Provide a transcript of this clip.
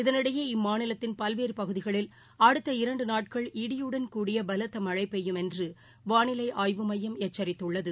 இதனிடையே இம்மாநிலத்தின் பல்வேறுபகுதிகளில் அடுத்த இரண்டுநாட்கள் இடியுடன் கூடிய பலத்தமழைபெய்யும் என்றுவானிலைஆய்வு மையம் எச்சித்துள்ளது